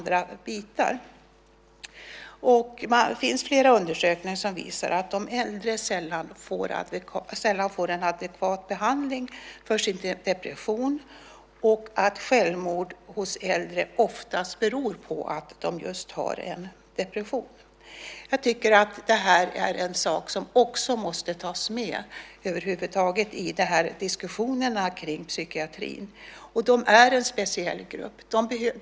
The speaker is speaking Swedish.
Det finns flera undersökningar som visar att de äldre sällan får en adekvat behandling för depression. Självmord hos äldre beror ofta på att de just har en depression. Det är en sak som också måste tas med i diskussionerna om psykiatrin. De är en speciell grupp.